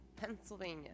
Pennsylvania